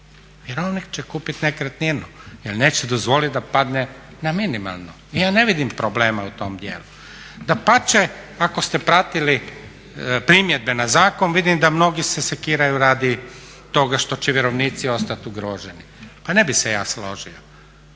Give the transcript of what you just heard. vjerovnik će kupiti nekretninu jer neće dozvoliti da padne na minimalno. I ja ne vidim problema u tom djelu. Dapače, ako ste pratili primjedbe na zakon vidim da mnogi se sikiraju radi toga što će vjerovnici ostati ugroženi. Pa ne bi se ja složio.